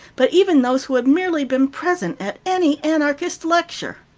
but even those who had merely been present at any anarchist lecture.